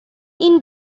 این